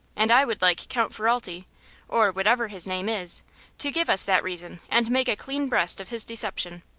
and i would like count ferralti or whatever his name is to give us that reason and make a clean breast of his deception.